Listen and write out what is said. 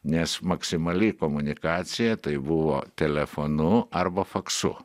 nes maksimali komunikacija tai buvo telefonu arba faksu